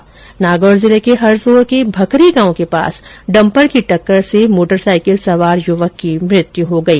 उधर नागौर जिले के हरसोर के भकरी गांव के पास डंपर की टक्कर से मोटरसाइकिल सवार की मृत्यु हो गई